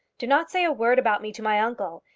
do not say a word about me to my uncle.